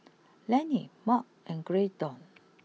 Lennie Mart and Graydon